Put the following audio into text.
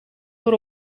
door